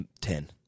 ten